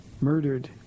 murdered